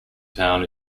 town